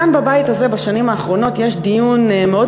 כאן בבית הזה בשנים האחרונות יש דיון מאוד